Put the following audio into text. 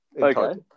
Okay